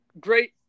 great